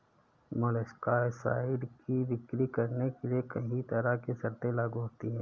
molluscicides की बिक्री करने के लिए कहीं तरह की शर्तें लागू होती है